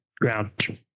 Ground